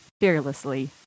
fearlessly